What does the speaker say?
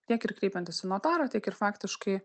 tiek ir kreipiantis į notarą tiek ir faktiškai